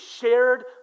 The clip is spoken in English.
shared